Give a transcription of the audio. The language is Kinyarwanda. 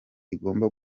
igomba